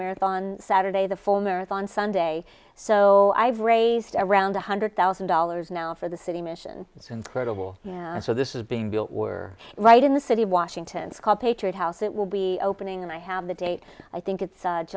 marathon saturday the four marathon sunday so i've raised around one hundred thousand dollars now for the city mission it's incredible so this is being built we're right in the city of washington is called patriot house it will be opening and i have the date i think it's